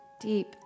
deep